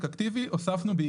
(12א)